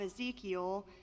Ezekiel